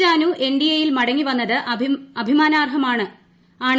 ജാനു എൻഡിഎയിൽ മടങ്ങി വന്നത് അഭിമാനാർഹമാണ്